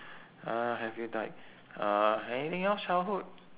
uh have you died uh anything else childhood